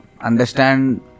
understand